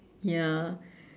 ya